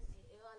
ערה לכך.